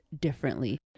differently